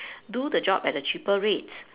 do the job at a cheaper rate